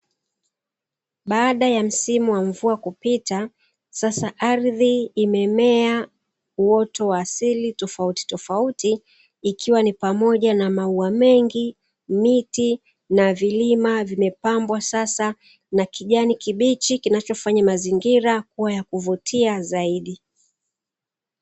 Baada ya msimu wa mvua kupita, sasa ardhi imemea uoto wa asili tofautitofauti, ikiwa ni pamoja na maua mengi, miti na vilima vimepambwa sasa na kijani kibichi, kinachofanya mazingira kuwa ya kuvutia zaidi.